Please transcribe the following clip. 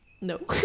no